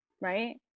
right